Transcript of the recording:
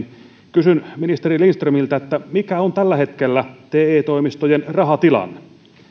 kysyn ministeri lindströmiltä mikä on tällä hetkellä te toimistojen rahatilanne